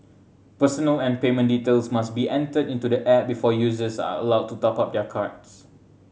personal and payment details must be entered into the app before users are allowed to top up their cards